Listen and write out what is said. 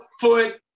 foot